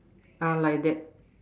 are like that